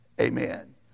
Amen